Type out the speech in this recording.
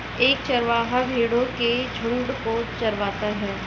एक चरवाहा भेड़ो के झुंड को चरवाता है